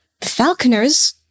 falconers